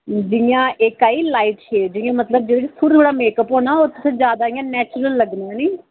जि'यां इक eye light shade जि'यां मतलब जेह्दे च थोह्ड़ा थोह्ड़ा मेक अप होना ते तुसें ई जैदा इ'यां नैचुरल लग्गना ऐ नी